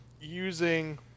using